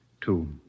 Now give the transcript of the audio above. two